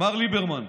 מר ליברמן.